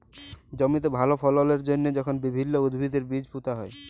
জমিতে ভাল ফললের জ্যনহে যখল বিভিল্ল্য উদ্ভিদের বীজ পুঁতা হ্যয়